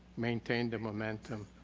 maintain the momentum